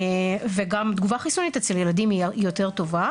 וגם תגובה חיסונית אצל ילדים היא יותר טובה.